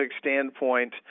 standpoint